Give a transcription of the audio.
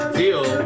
deal